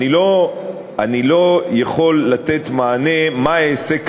אני לא יכול כרגע לתת מענה מה אעשה,